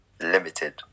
Limited